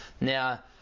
Now